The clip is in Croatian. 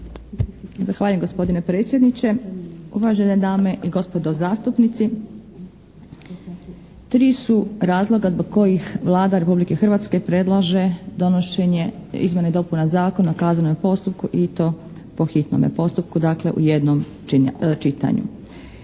Zahvaljujem gospodine predsjedniče. Uvažene dame i gospodo zastupnici! Tri su razloga zbog kojih Vlada Republike Hrvatske predlaže donošenje izmjena i dopuna Zakona o kaznenom postupku i to po hitnom postupku dakle u jednom čitanju.